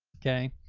okay.